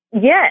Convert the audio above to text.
Yes